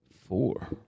Four